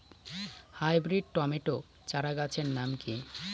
Hybrid tomato চারাগাছের নাম কি?